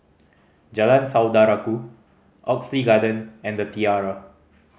Jalan Saudara Ku Oxley Garden and The Tiara